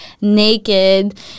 naked